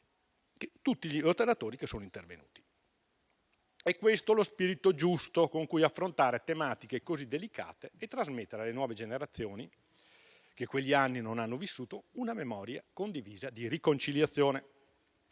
senatori Verini, Mennuni e Gasparri. È questo lo spirito giusto con cui affrontare tematiche così delicate e trasmettere alle nuove generazioni, che quegli anni non hanno vissuto, una memoria condivisa di riconciliazione.